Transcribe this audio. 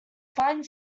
fine